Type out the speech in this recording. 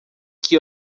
que